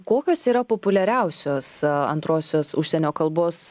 kokios yra populiariausios antrosios užsienio kalbos